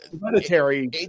military